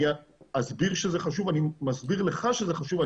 אני אסביר שזה חשוב, אני מסביר לך שזה חשוב.